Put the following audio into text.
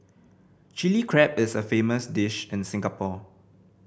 Chilli Crab is a famous dish in Singapore